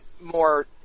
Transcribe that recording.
more